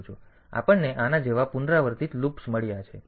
તેથી આપણને આના જેવા પુનરાવર્તિત લૂપ્સ મળ્યા છે